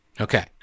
Okay